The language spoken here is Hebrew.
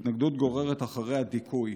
התנגדות גוררת אחריה דיכוי,